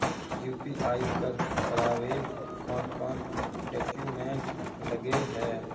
UPI कर करावेल कौन कौन डॉक्यूमेंट लगे है?